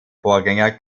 vorgänger